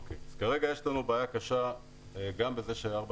כרגע יש לנו בעיה קשה גם בזה שארבע